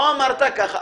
לא אמרת ככה.